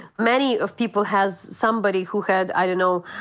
many of people has somebody who had, i don't know,